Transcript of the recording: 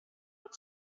not